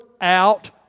out